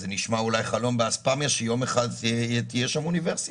זה נשמע אולי חלום באספמיה שיום אחד תהיה שם אוניברסיטה.